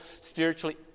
spiritually